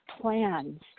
plans